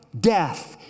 death